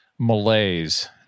Malaise